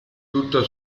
tutto